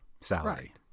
salary